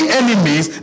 enemies